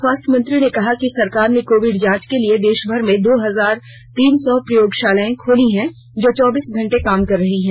स्वास्थ्य मंत्री ने कहा कि सरकार ने कोविड जांच के लिए देशभर में दो हजार तीन सौ प्रयोगशालाएं खोली हैं जो चौबीसों घंटे काम कर रही हैं